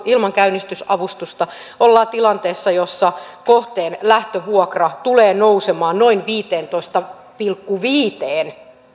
ilman käynnistysavustusta ollaan tilanteessa jossa kohteen lähtövuokra tulee nousemaan noin viiteentoista pilkku viiteen